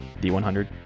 D100